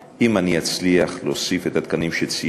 אם אני אצליח להוסיף את התקנים שציינתי,